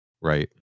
right